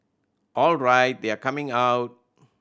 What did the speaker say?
alright they are coming out